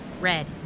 Red